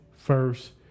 First